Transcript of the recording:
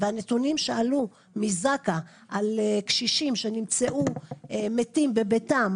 הנתונים שעלו מזק"א על קשישים שנמצאו מתים בבתים,